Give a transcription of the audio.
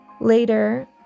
Later